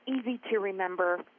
easy-to-remember